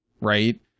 right